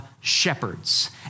shepherds